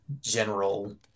general